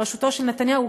בראשותו של נתניהו,